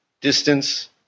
distance